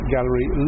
Gallery